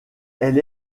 elle